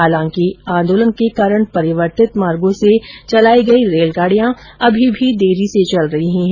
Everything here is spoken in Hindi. हालांकि आंदोलन के कारण परिवर्तित मार्गो से चलाई गई रेलगाड़ियां अभी भी देरी से चल रही है